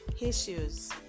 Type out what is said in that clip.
issues